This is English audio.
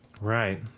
right